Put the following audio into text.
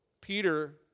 Peter